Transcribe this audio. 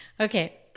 Okay